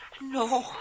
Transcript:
No